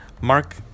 mark